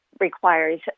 requires